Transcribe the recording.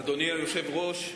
אדוני היושב-ראש,